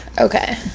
Okay